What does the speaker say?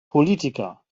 politiker